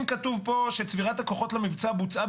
אם כתוב פה שצבירת הכוחות למבצע בוצעה